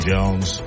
Jones